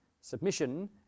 submission